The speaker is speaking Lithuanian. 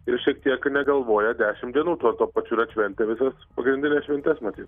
ir šiek tiek negalvoję dešimt dienų tuo tuo pačiu ir atšventę visas pagrindines šventes matyt